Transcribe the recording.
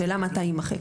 השאלה מתי יימחק.